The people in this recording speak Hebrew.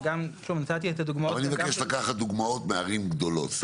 אני מבקש לקחת דוגמאות מערים גדולות.